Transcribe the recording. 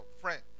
friend